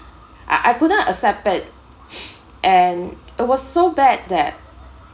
I I couldn't accept it and it was so bad that